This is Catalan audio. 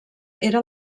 era